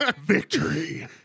Victory